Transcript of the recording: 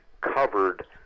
covered